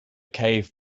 cave